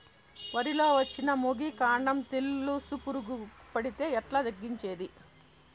వరి లో వచ్చిన మొగి, కాండం తెలుసు పురుగుకు పడితే ఎట్లా తగ్గించేకి?